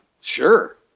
Sure